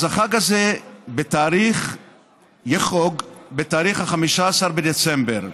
אז החג הזה ייחגג בתאריך 15 בדצמבר.